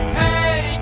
hey